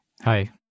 Hi